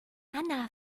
anna